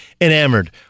enamored